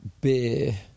beer